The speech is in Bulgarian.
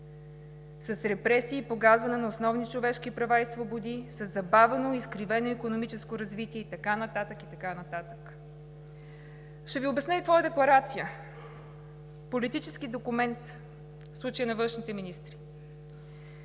с репресии и погазване на основни човешки права и свободи, със забавено и изкривено икономическо развитие и така нататък, и така нататък. Ще Ви обясня какво е декларация! Политически документ, в случая – на външните министри,